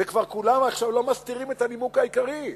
ועכשיו כבר כולם לא מסתירים את הנימוק העיקרי,